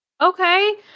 Okay